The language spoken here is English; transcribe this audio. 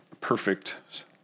perfect